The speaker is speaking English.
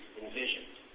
envisioned